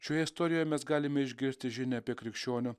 šioje istorijoje mes galime išgirsti žinią apie krikščionio